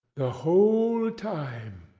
the whole time,